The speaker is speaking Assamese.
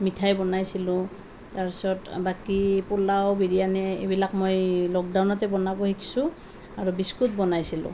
মিঠাই বনাইছিলোঁ তাৰ পিছত বাকী পোলাও বিৰিয়ানি এইবিলাক মই লকডাউনতে বনাব শিকিছোঁ আৰু বিস্কুট বনাইছিলোঁ